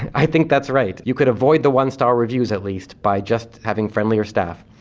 i think that's right, you could avoid the one star reviews at least by just having friendlier staff.